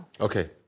Okay